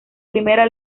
primera